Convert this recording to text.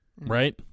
right